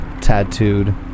tattooed